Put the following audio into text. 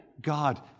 God